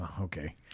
Okay